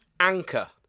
anchor